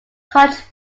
college